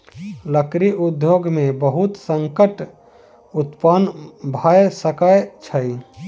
लकड़ी उद्योग में बहुत संकट उत्पन्न भअ सकै छै